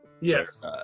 Yes